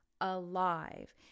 alive